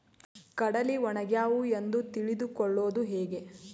ಕಡಲಿ ಒಣಗ್ಯಾವು ಎಂದು ತಿಳಿದು ಕೊಳ್ಳೋದು ಹೇಗೆ?